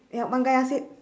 ya one guy ah same